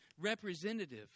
representative